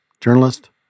journalist